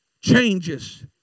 changes